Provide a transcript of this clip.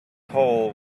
hole